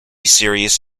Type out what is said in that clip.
serious